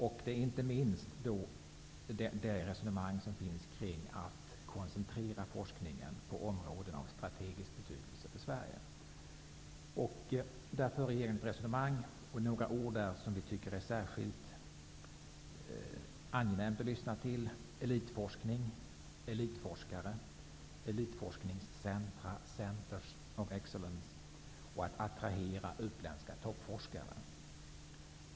Det gäller inte minst resonemanget om att koncentrera forskningen på områden som är av strategisk betydelse för Sverige. Det är några ord i regeringens resonemang som vi tycker är särskilt angenäma: elitforskning, elitforskare, elitforskningscentra, Centers of Excellence och att attrahera utländska toppforskare.